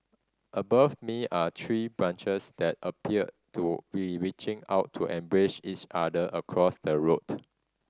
above me are tree branches that appear to be reaching out to embrace each other across the road